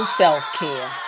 self-care